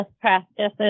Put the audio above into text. practices